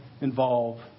involve